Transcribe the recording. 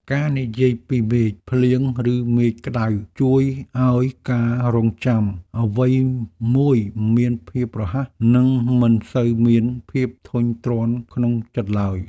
ការនិយាយពីមេឃភ្លៀងឬមេឃក្តៅជួយឱ្យការរង់ចាំអ្វីមួយមានភាពរហ័ស និងមិនសូវមានភាពធុញទ្រាន់ក្នុងចិត្តឡើយ។